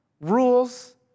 rules